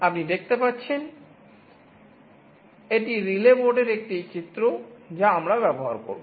আপনি দেখতে পাচ্ছেন এটি রিলে বোর্ডের একটি চিত্র যা আমরা ব্যবহার করব